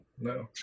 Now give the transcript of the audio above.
no